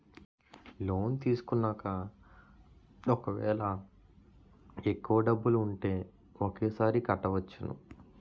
Loan తీసుకున్నాక ఒకవేళ ఎక్కువ డబ్బులు ఉంటే ఒకేసారి కట్టవచ్చున?